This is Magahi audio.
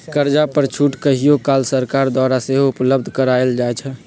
कर्जा पर छूट कहियो काल सरकार द्वारा सेहो उपलब्ध करायल जाइ छइ